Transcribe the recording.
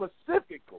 specifically